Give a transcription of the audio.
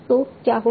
तो क्या होगा